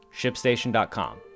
ShipStation.com